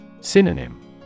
Synonym